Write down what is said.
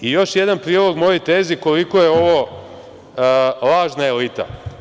Još jedan prilog mojoj tezi koliko je ovo lažna elita.